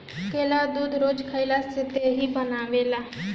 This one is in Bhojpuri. केला दूध रोज खइला से देहि बनेला